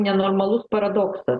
nenormalus paradoksas